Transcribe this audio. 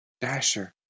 Dasher